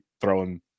throwing